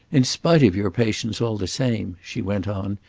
in spite of your patience, all the same, she went on,